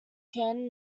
canned